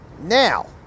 Now